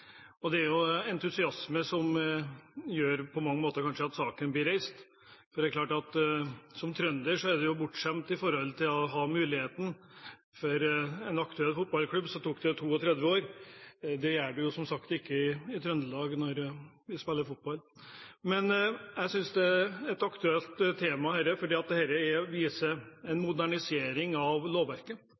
og det er jo på mange måter entusiasme som gjør at denne saken blir reist. Som trønder er en jo bortskjemt når det gjelder å ha denne muligheten. For en aktuell fotballklubb tok det 32 år, og det gjør det som sagt ikke i Trøndelag når vi spiller fotball. Men jeg synes dette er et aktuelt tema, for det viser en modernisering av lovverket,